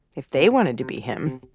if they wanted to be him,